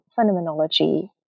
phenomenology